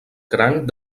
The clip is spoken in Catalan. cranc